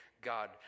God